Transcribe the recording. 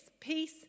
peace